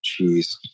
Jeez